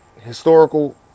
historical